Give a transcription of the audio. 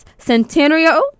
centenario